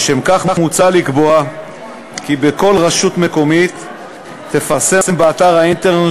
לשם כך מוצע לקבוע כי כל רשות מקומית תפרסם באתר האינטרנט